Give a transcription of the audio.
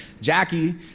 Jackie